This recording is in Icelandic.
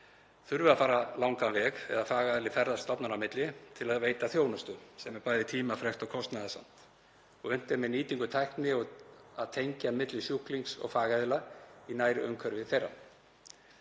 þurfi að fara langan veg eða fagaðili ferðist stofnana á milli til að veita þjónustu, sem er bæði tímafrekt og kostnaðarsamt, er unnt með nýtingu tækni að tengja milli sjúklings og fagaðila í nærumhverfi þeirra.